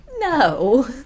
No